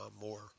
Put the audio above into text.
more